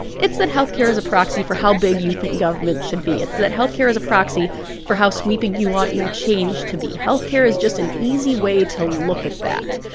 it's that health care is a proxy for how big you think government should be. it's that health care is a proxy for how sweeping you want your change to be. health care is just an easy way to look at that.